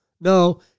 no